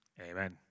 Amen